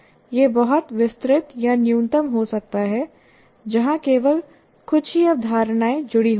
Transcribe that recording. यह बहुत विस्तृत या न्यूनतम हो सकता है जहां केवल कुछ ही अवधारणाएं जुड़ी हुई हैं